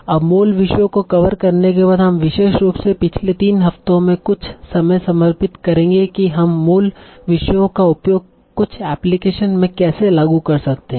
अब मूल विषयों को कवर करने के बाद हम विशेष रूप से पिछले तीन हफ्तों में कुछ समय समर्पित करेंगे की हम मूल विषयों का उपयोग कुछ एप्लीकेशन में कैसे लागू कर सकते हैं